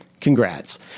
Congrats